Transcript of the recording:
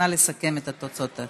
נא לסכם את התוצאות.